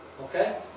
Okay